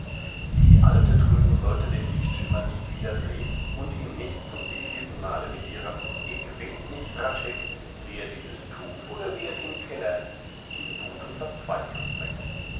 die alte drüben sollte den lichtschimmer nicht wieder sehn und ihn nicht zum wievielsten male mit ihrem ick weet nich hradscheck wihr et in de stuw or wihrt et in'n keller in wuth und verzweiflung bringen